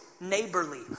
neighborly